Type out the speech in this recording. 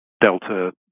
delta